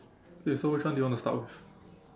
okay so which one do you want to start with